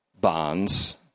bonds